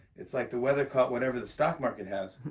it's like the weather caught whatever the stock market has.